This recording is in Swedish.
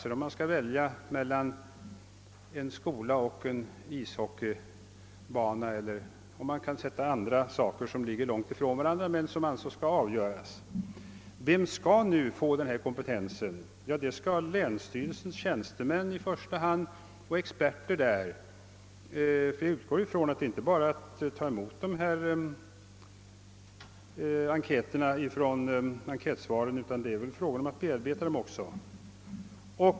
Det kan gälla ett vad mellan en skola eller en ishockeybana eller andra uppgifter, som ligger långt ifrån varandra men som skall vägas mot varandra. Vem skall nu överta denna kompetens? Jo, i första hand länsstyrelsens tiänstemän och experter. Jag utgår från att man inte bara ämnar samla in enkätsvaren utan att man också tänker bearbeta dem.